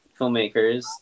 filmmakers